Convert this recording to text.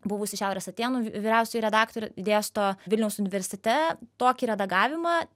buvusi šiaurės atėnų v vyriausioji redaktorė dėsto vilniaus universitete tokį redagavimą